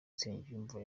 nsengiyumva